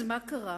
אז מה קרה?